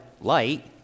light